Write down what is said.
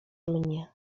mnie